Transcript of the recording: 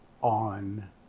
on